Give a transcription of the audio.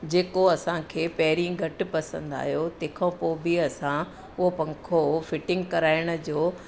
जेको असांखे पहिरीं घटि पसंदि आयो तंहिं खां पोइ बि असां उहो पंखो फिटिंग कराइण जो